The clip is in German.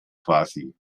quasi